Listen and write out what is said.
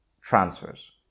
transfers